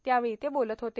त्यावेळी ते बोलत होते